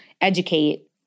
educate